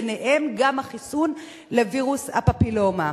וביניהם גם החיסון לווירוס הפפילומה.